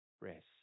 rest